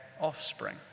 offspring